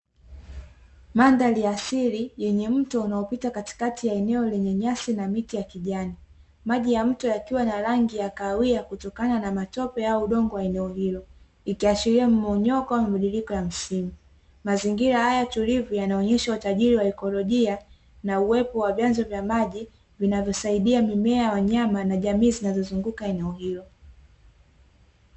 Mandhari ya asili yenye mto unaopita katikati ya eneo lenye nyasi na miti ya kijani, maji ya mto yakiwa na rangi ya kahawia kutokana na matope au udongo wa eneo hilo, ikiashiria mmomonyoko au mabadiliko ya msimu. Mazingira haya tulivu yanaonyesha utajiri wa ekolojia na uwepo wa vyanzo vya maji vinavyosaidia mimea, wanyama na jamii zinazozunguka eneo hilo.